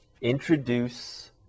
introduce